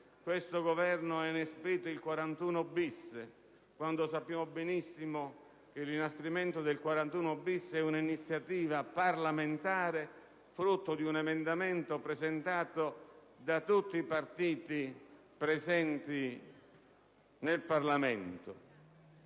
di aver inasprito il regime del 41‑*bis*; sappiamo benissimo che l'inasprimento del 41-*bis* è un'iniziativa parlamentare frutto di un emendamento presentato da tutti i partiti presenti nel Parlamento,